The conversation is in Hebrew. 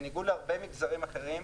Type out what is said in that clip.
בניגוד להרבה מגזרים אחרים,